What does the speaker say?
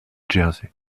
jersey